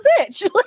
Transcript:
bitch